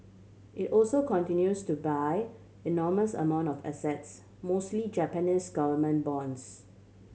it also continues to buy enormous amount of assets mostly Japanese government bonds